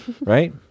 right